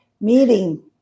meeting